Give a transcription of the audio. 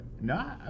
No